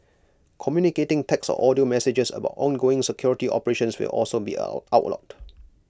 communicating text or audio messages about ongoing security operations will also be out outlawed